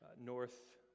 North